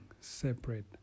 separate